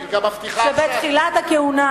זה הכול, נגמר.